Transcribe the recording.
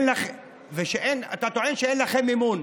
אתה טוען שאין לכם אמון,